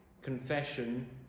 Confession